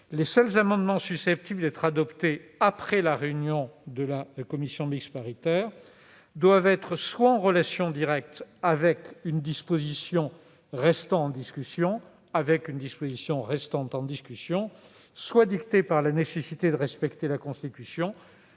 les seuls amendements susceptibles d'être adoptés après la réunion de la commission mixte paritaire doivent être soit en relation directe avec une disposition restant en discussion, soit dictés par la nécessité de respecter la Constitution,